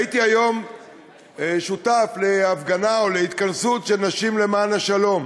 הייתי היום שותף להפגנה או להתכנסות של נשים למען השלום.